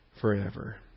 forever